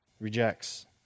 rejects